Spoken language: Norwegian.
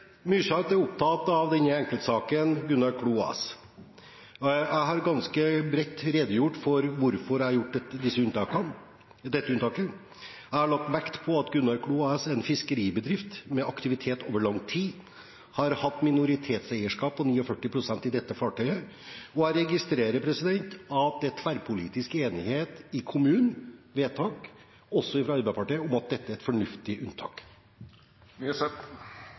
er opptatt av denne enkeltsaken, Gunnar Klo AS. Jeg har ganske bredt redegjort for hvorfor jeg har gjort dette unntaket. Jeg har lagt vekt på at Gunnar Klo AS er en fiskeribedrift med aktivitet over lang tid og har hatt minoritetseierskap på 49 pst. i dette fartøyet. Og jeg registrerer at det er tverrpolitisk enighet i kommunen, vedtak, også fra Arbeiderpartiet, om at dette er et fornuftig